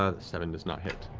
ah seven does not hit.